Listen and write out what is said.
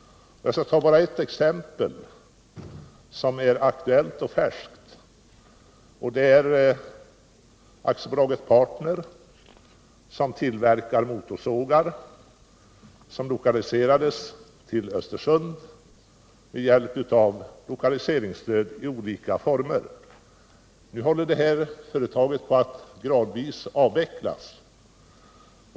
Jag skall bara ta ett exempel, som är aktuellt och färskt. AB Partner, som tillverkar motorsågar, lokaliserades till Östersund med hjälp av lokaliseringsstöd i olika former. Nu håller detta företag på att gradvis avvecklas.